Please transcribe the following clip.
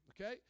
Okay